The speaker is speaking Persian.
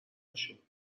ماشین